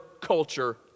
culture